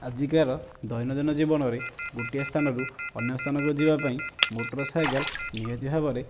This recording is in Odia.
ଆଜିକାର ଦୈନଦିନ ଜୀବନରେ ଗୋଟିଏ ସ୍ଥାନରୁ ଅନ୍ୟ ସ୍ଥାନକୁ ଯିବାପାଇଁ ମୋଟରସାଇକେଲ ନିହାତି ଭାବରେ